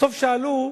בסוף שאלו: